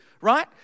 right